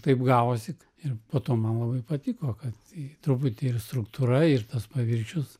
taip gavosi kad ir po to man labai patiko kad truputį ir struktūra ir tas paviršius